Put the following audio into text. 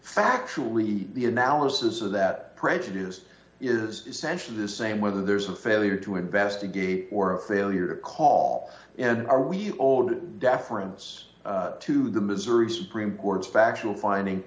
factually the analysis of that prejudice is essentially the same whether there's a failure to investigate or a failure to call or we hold deference to the missouri supreme court's factual finding